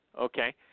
okay